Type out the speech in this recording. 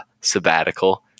sabbatical